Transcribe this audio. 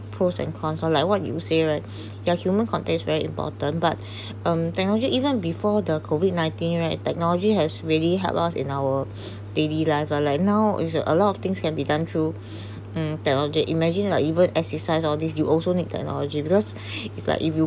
pros and cons like what you say right yeah human contacts very important but um even before the COVID-nineteen right technology has really helped us in our daily life or like now is a lot of things can be done through um technology imagine like even exercise all these you also need technology because like if you